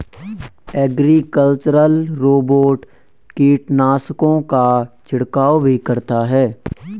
agricultural robot कीटनाशकों का छिड़काव भी करता है